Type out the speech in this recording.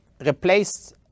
replaced